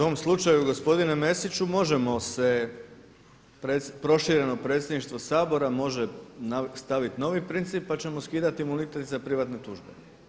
u tom slučaju gospodine Mesiću možemo se prošireno Predsjedništvo Sabora može staviti novi princip pa ćemo skidati imunitet i za privatne tužbe.